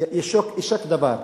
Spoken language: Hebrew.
יישק דבר.